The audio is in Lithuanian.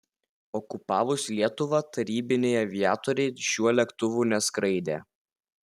okupavus lietuvą tarybiniai aviatoriai šiuo lėktuvu neskraidė